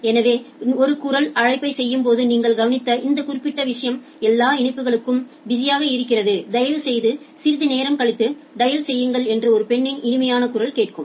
எனவே ஒரு குரல் அழைப்பைச் செய்யும்போது நீங்கள் கவனித்த இந்த குறிப்பிட்ட விஷயம் எல்லா இணைப்புகளும் பிஸியாக இருக்கிறது தயவுசெய்து சிறிது நேரம் கழித்து டயல் செய்யுங்கள் என்று ஒரு பெண்ணின் இனிமையான குரல் கேட்கும்